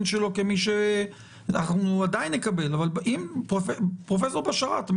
שלו ואנחנו עדיין נקבל את הדברים פרופ' בשאראת,